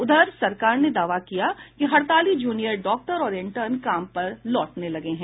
उधर सरकार ने दावा किया कि हड़ताली जूनियर डॉक्टर और इंटर्न काम पर लौटने लगे हैं